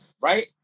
right